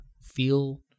feel